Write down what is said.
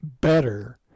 Better